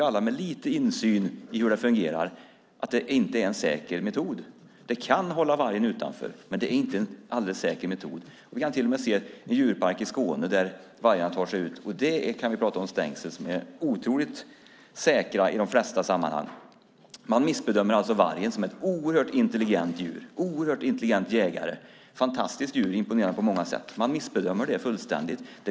Alla med lite insyn i hur det fungerar vet att det inte är en säker metod. Det kan hålla vargen utanför, men det är inte en alldeles säker metod. Vi kunde till och med se att vargarna i en djurpark i Skåne tog sig ut. Där kan man tala om stängsel som är otroligt säkra i de flesta sammanhang. Man missbedömer alltså vargen som är ett oerhört intelligent djur. Den är en oerhört intelligent jägare. Det är ett fantastiskt djur som imponerar på många sätt. Man missbedömer det fullständigt.